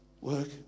work